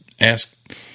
ask